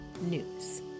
news